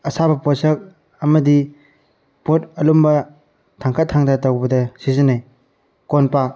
ꯑꯁꯥꯕ ꯄꯣꯠꯁꯛ ꯑꯃꯗꯤ ꯄꯣꯠ ꯑꯔꯨꯝꯕ ꯊꯥꯡꯒꯠ ꯊꯥꯡꯗ ꯇꯧꯕꯗ ꯁꯤꯖꯤꯟꯅꯩ ꯀꯣꯝꯄꯥꯛ